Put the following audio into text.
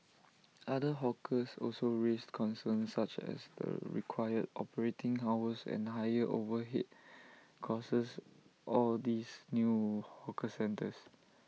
other hawkers also raised concerns such as the required operating hours and higher overhead costs or these new hawker centres